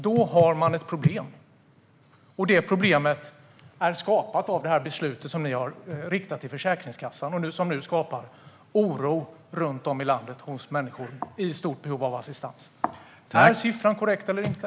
Då har man ett problem, och detta problem är skapat genom det beslut som ni har riktat till Försäkringskassan och som nu skapar oro runt om i landet hos människor som är i stort behov av assistans. Är siffran korrekt eller inte?